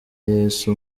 yesu